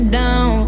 down